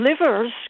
livers